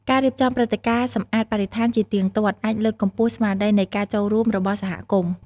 ការរៀបចំព្រឹត្តិការណ៍សម្អាតបរិស្ថានជាទៀងទាត់ អាចលើកកម្ពស់ស្មារតីនៃការចូលរួមរបស់សហគមន៍។